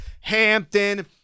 Hampton